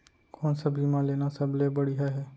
कोन स बीमा लेना सबले बढ़िया हे?